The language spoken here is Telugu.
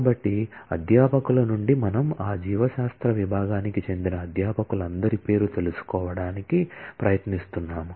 కాబట్టి అధ్యాపకుల నుండి మనం ఆ జీవశాస్త్ర విభాగానికి చెందిన అధ్యాపకులందరి పేరు తెలుసుకోవడానికి ప్రయత్నిస్తున్నాము